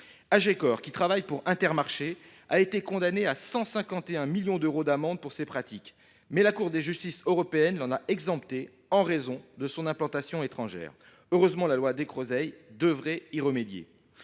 AgeCore, qui travaille pour Intermarché, a été condamnée à 151 millions d’euros d’amende pour ces pratiques, mais la Cour de justice de l’Union européenne l’en a exemptée en raison de son implantation étrangère. Heureusement, la loi Descrozaille devrait y remédier.